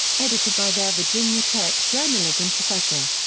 edited by their virginia tech journalism professor.